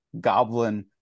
goblin